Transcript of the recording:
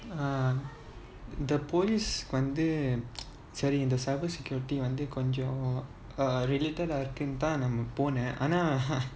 ah the police வந்து கொஞ்சம்:vanthu konjam cyber security வந்து கொஞ்சம்:vanthu konjam related